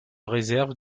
réserve